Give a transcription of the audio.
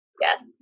Yes